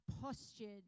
postured